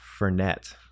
fernet